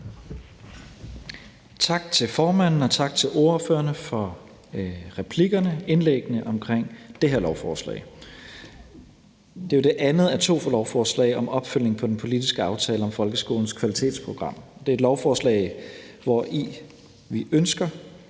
Tak til formanden. Og tak til ordførerne for replikkerne til og indlæggene om det her lovforslag. Det er jo det andet af to forslag om opfølgning på den politiske aftale om folkeskolens kvalitetsprogram. Det er et lovforslag om i § 13,